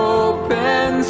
open